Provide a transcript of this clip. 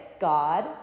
God